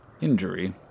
injury